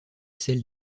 celle